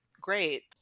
great